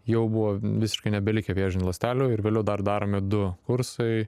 jau buvo visiškai nebelikę vėžinių ląstelių ir vėliau dar daromi du kursai